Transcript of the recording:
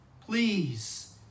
please